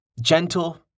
gentle